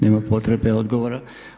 Nema potrebe odgovora.